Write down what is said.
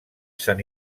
sant